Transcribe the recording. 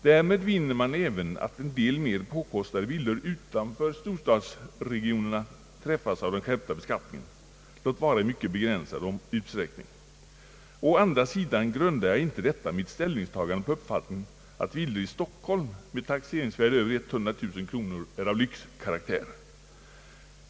Härmed vinner man även att en del mer påkostade villor utanför storstadsregionerna träffas av den skärpta beskattningen, låt vara i mycket begränsad utsträckning. Å andra sidan grundar jag inte detta mitt ställningstagande på uppfattningen att villor i Stockholm med taxeringsvärde strax över 100 000 kr. är av lyxkaraktär.